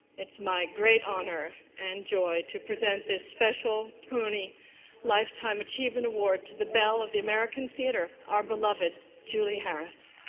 it's my great honor and joy to present this special tony lifetime achievement award to the belle of the american theatre, our beloved julie harris.